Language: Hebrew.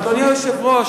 אדוני היושב-ראש,